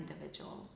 individual